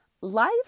Life